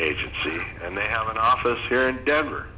agency and they have an office here in denver